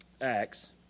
Acts